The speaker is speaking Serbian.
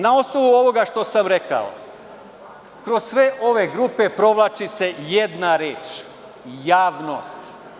Na osnovu ovoga što sam rekao, kroz sve ove grupe provlači se jedna reč – javnost.